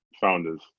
founders